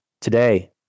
today